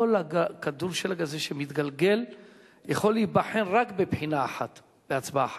כל כדור השלג הזה שמתגלגל יכול להיבחן רק בבחינה אחת בהצבעה חשאית.